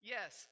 Yes